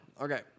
Okay